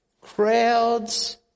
Crowds